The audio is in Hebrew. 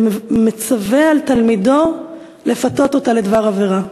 ומצווה על תלמידו לפתות אותה לדבר עבירה: